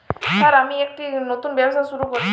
Sir আমি একটি নতুন ব্যবসা শুরু করেছি?